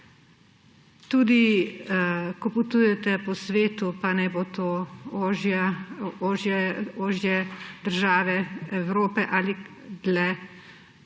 Tudi ko potujete po svetu, pa naj bo to ožje, države Evrope ali pa dlje,